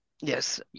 yes